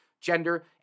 gender